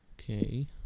Okay